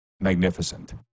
magnificent